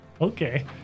Okay